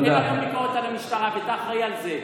אין היום ביקורת על המשטרה, ואתה אחראי על זה.